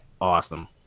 awesome